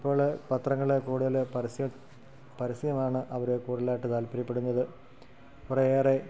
ഇപ്പോൾ പത്രങ്ങൾ കൂടുതൽ പരസ്യ പരസ്യമാണ് അവർ കൂടുതലായിട്ട് താ താത്പര്യപ്പെടുന്നത് കുറേയേറെ